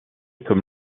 comme